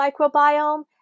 microbiome